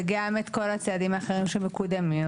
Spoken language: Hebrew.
וגם את כל הצעדים האחרים שמקודמים.